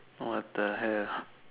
what the hell